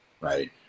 Right